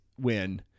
win